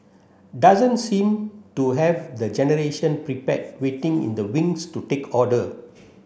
doesn't seem to have the generation prepared waiting in the wings to take order